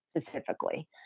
specifically